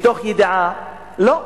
מתוך ידיעה, לא.